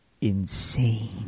insane